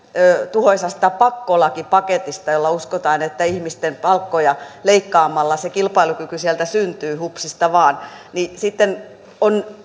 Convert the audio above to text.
tuhoisasta pakkolakipaketista josta uskotaan että ihmisten palkkoja leikkaamalla se kilpailukyky sieltä syntyy hupsista vain niin sitten on